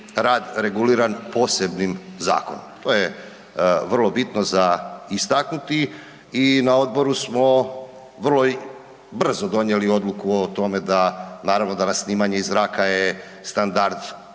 rad reguliran posebnim zakonom. To je vrlo bitno za istaknuti i na odboru smo vrlo brzo donijeli odluku o tome da naravno danas snimanje iz zraka je standard